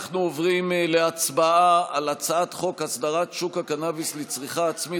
אנחנו עוברים להצבעה על הצעת חוק הסדרת שוק הקנביס לצריכה עצמית,